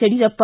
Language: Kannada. ಯಡಿಯೂರಪ್ಪ